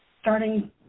Starting